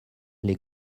les